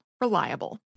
Reliable